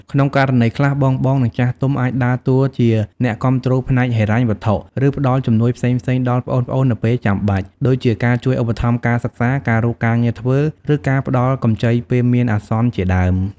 ក្នុងករណីខ្លះ បងៗ និងចាស់ទុំ អាចដើរតួជា អ្នកគាំទ្រផ្នែកហិរញ្ញវត្ថុ ឬផ្ដល់ជំនួយផ្សេងៗដល់ប្អូនៗនៅពេលចាំបាច់ ដូចជាការជួយឧបត្ថម្ភការសិក្សា ការរកការងារធ្វើ ឬការផ្ដល់កម្ចីពេលមានអាសន្នជាដើម។